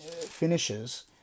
finishes